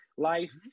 Life